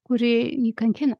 kuri jį kankina